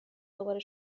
دوباره